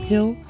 Hill